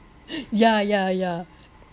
ya ya ya